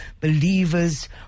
Believers